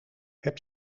heb